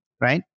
right